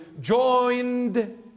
joined